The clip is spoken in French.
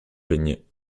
peigné